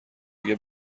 اگه